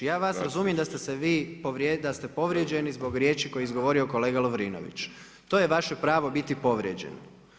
Ja vas razumijem da ste vi povrijeđeni zbog riječi koje je izgovorio kolega Lovrinović, to je vaše pravo biti povrijeđen.